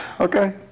okay